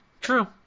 true